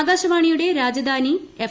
ആകാശവാണിയുടെ രാജധാനി എഫ്